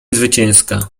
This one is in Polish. zwycięska